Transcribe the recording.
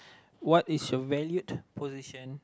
what is your valued position